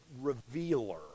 revealer